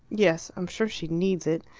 yes i'm sure she needs it.